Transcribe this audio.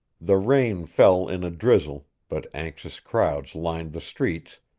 the rain fell in a drizzle, but anxious crowds lined the streets,